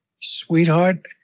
sweetheart